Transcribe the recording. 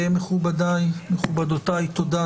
מכובדי ומכבודתי, תודה.